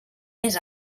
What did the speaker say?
més